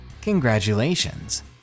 Congratulations